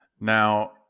now